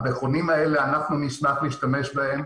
אנחנו נשמח להשתמש במכונים האלה